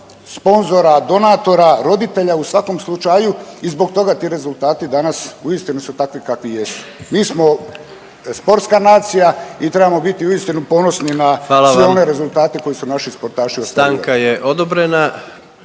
Hvala vam. Stanka je odobrena.